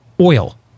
oil